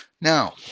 Now